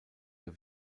der